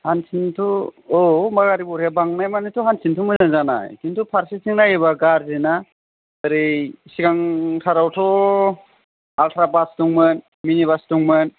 हानथिनायाथ' औ मालायनि गारि बांनाय मानिथ' हान्थिनो मोजां जानाय खिन्थु फारसेथिं नायोब्ला गारजि ना ओरै सिगांथारावथ' आल्ट्रा बास दंमोन मिनि बास दंमोन